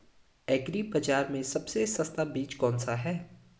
Agree बाज़ार में सबसे सस्ता बीज कौनसा है?